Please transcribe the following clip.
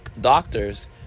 doctors